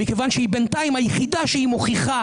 מכיוון שבינתיים היא היחידה שמוכיחה